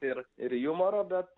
ir ir jumoro bet